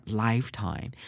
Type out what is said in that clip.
lifetime